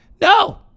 No